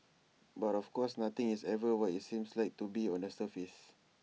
but of course nothing is ever what IT seems like to be on the surface